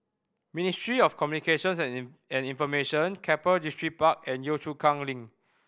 Ministry of Communications and Information Keppel Distripark and Yio Chu Kang Link